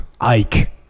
Ike